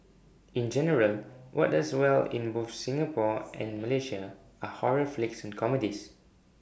in general what does well in both Singapore and Malaysia are horror flicks and comedies